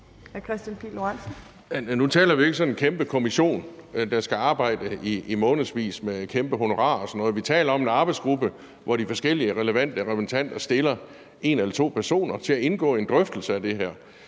Nu taler vi jo ikke om en kæmpe kommission, der skal arbejde i månedsvis med kæmpe honorar og sådan noget. Vi taler om en arbejdsgruppe, hvor de forskellige relevante parter stiller med en eller to personer til at indgå i en drøftelse om det her.